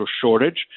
shortage